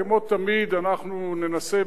כמו תמיד אנחנו ננסה,